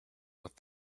with